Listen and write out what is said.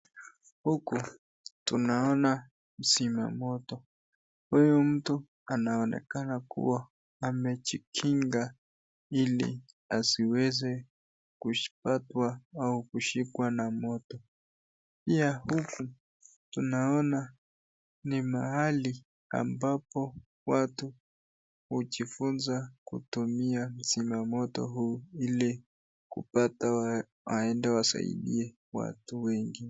Huku tunaona mzima moto. Huyu mtu anaonekana kuwa amejikinga ili asiweze kushikwa au kupata na moto. Pia huku tunaona ni mahaliambapo watu hujifunza kutumia kuzima moto ili kupata ujizi ndio wasaidie watu wengine.